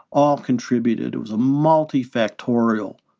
all contributed. it was a multifactorial,